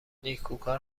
نیکوکار